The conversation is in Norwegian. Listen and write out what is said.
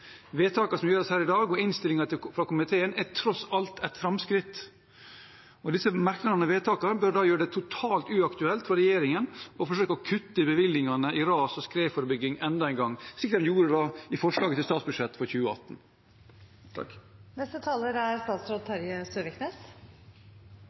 som gjøres her i dag, og innstillingen fra komiteen er tross alt et framskritt, og disse merknadene og vedtakene bør da gjøre det totalt uaktuelt for regjeringen å forsøke å kutte i bevilgningene til ras- og skredforebygging enda en gang, slik de gjorde i forslaget til statsbudsjett for 2018.